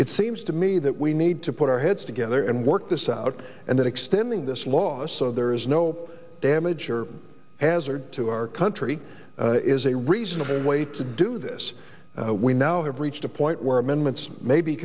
it seems to me that we need to put our heads together and work this out and extending this law so there is no damage or hazard to our country is a reasonable to do this we now have reached a point where amendments may be